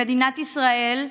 במדינת ישראל,